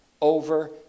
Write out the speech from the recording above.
over